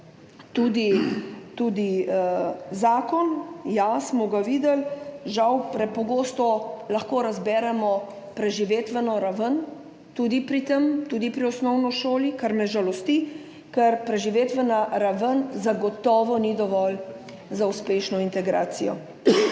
tudi zakon. Ja, smo ga videli, žal lahko prepogosto razberemo preživetveno raven tudi pri tem, tudi pri osnovni šoli, kar me žalosti, ker preživetvena raven zagotovo ni dovolj za uspešno integracijo.